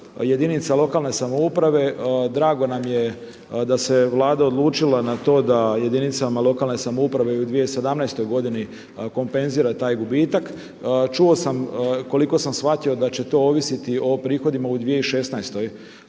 jedinica lokalne samouprave, drago nam je da se Vlada odlučila na to da jedinicama lokalne samouprave u 2017. godini kompenzira taj gubitak. Čuo sam koliko sam shvatio da će to ovisiti o prihodima u 2016. E